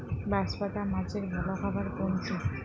বাঁশপাতা মাছের ভালো খাবার কোনটি?